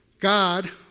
God